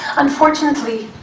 unfortunately,